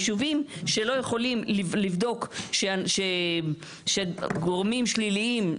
ישובים שלא יכולים לבדוק שגורמים שליליים,